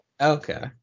okay